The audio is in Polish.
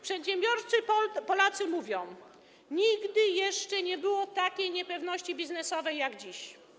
Przedsiębiorczy Polacy mówią: nigdy jeszcze nie było takiej niepewności biznesowej jak dziś.